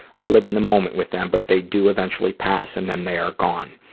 i live in the moment with them but they do eventually pass and then they are gone.